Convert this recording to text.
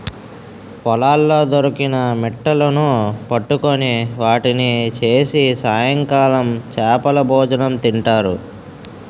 పొలాల్లో దొరికిన మిట్టలును పట్టుకొని వాటిని చేసి సాయంకాలం చేపలభోజనం తింటారు